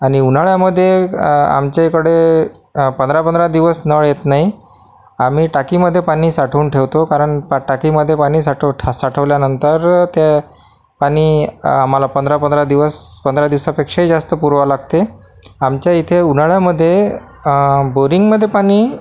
आणि उन्हाळ्यामध्ये आमच्या इकडे पंधरा पंधरा दिवस नळ येत नाही आम्ही टाकीमध्ये पाणी साठवून ठेवतो कारण टाकीमध्ये पाणी साठव ठा साठवल्यानंतर ते पाणी आम्हाला पंधरा पंधरा दिवस पंधरा दिवसापेक्षाही जास्त पुरवावं लागते आमच्या इथे उन्हाळ्यामध्ये बोरिंगमध्ये पाणी